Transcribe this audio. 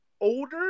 older